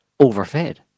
overfed